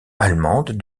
allemande